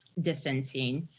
distancing.